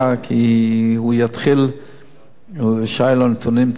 כי היא תתחיל עם נתונים טובים.